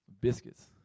Biscuits